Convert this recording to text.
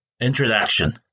Introduction